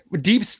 deep